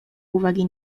uwagi